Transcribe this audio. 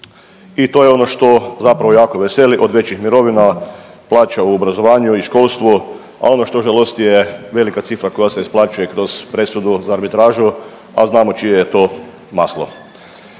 I to je ono što zapravo jako veseli, od većih mirovina, plaća u obrazovanju i školstvu, a ono što žalosti je velika cifra koja se isplaćuje kroz presudu za arbitražu, a znamo čije je to maslo.